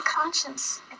conscience